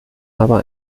aber